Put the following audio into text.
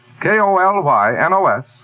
K-O-L-Y-N-O-S